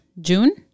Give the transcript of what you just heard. June